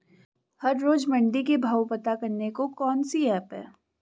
हर रोज़ मंडी के भाव पता करने को कौन सी ऐप है?